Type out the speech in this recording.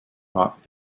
hop